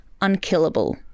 unkillable